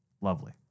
Lovely